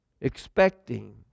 Expecting